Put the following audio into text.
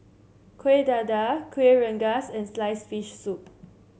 Kueh Dadar Kueh Rengas and sliced fish soup